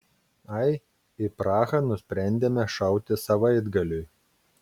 ai į prahą nusprendėme šauti savaitgaliui